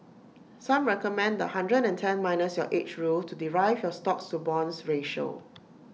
some recommend the hundred and ten minus your age rule to derive your stocks to bonds ratio